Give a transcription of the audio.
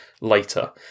later